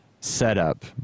setup